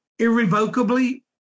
irrevocably